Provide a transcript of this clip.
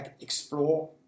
explore